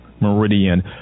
Meridian